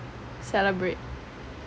celebrate